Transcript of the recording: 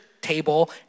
table